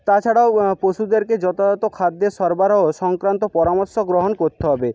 তাছাড়াও পশুদেরকে যথাযত খাদ্যের সরবরাহ সংক্রান্ত পরামর্শ গ্রহণ করতে হবে